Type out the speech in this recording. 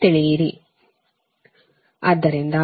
ಆದ್ದರಿಂದ ಅದು 0